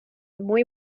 muy